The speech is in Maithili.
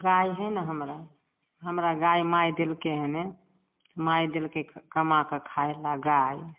गाय हइ ने हमरा हमरा गाय माय देलकै हने तऽ माय देलकै कमा कऽ खाय लए गाय